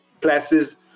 classes